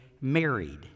married